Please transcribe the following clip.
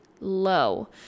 low